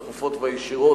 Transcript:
הדחופות והישירות,